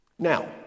Now